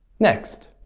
next,